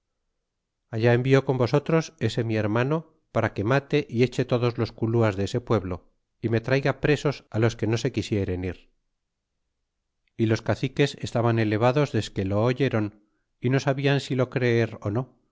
allá envio con vosotros ese mi hermano para que mate y eche todos los culuas de ese pueblo y me traiga presos los que no se quisieren ir y los caciques estaban elevados desque lo oyéron y no sabian si lo creer ó no